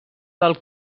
del